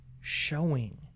showing